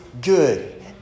good